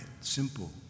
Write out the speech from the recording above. simple